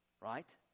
Right